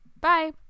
Bye